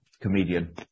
comedian